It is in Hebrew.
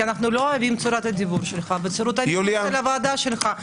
כי אנחנו לא אוהבים את צורת הדיבור שלך ואת צורת ניהול הוועדה שלך.